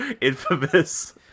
infamous